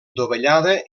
dovellada